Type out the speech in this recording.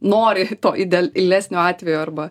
nori to idealesnio atvejo arba